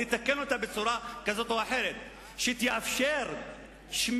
לתקן אותה בצורה כזאת או אחרת שתאפשר שמירה